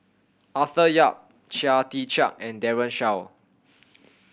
Arthur Yap Chia Tee Chiak and Daren Shiau